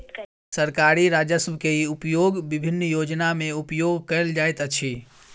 सरकारी राजस्व के उपयोग विभिन्न योजना में उपयोग कयल जाइत अछि